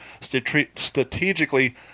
strategically